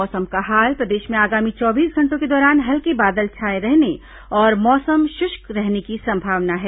मौसम प्रदेश में आगामी चौबीस घंटों के दौरान हल्के बादल छाए रहने और मौसम शुष्क रहने की संभावना है